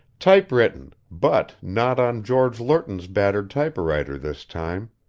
typewritten, but not on george lerton's battered typewriter this time.